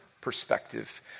perspective